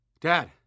Dad